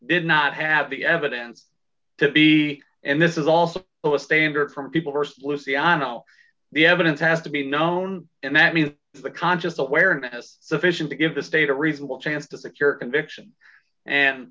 did not have the evidence to be and this is also the standard from people st lucianne all the evidence has to be known and that means the conscious awareness has sufficient to give the state a reasonable chance to secure a conviction and